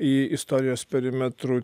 į istorijos perimetrų